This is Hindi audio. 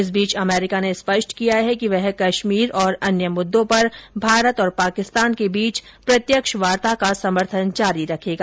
इस बीच अमरीका ने स्पष्ट किया है कि वह कश्मीर और अन्य मुद्दों पर भारत तथा पाकिस्तान के बीच प्रत्यक्ष वार्ता का समर्थन जारी रखेगा